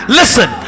listen